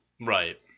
Right